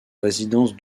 résidence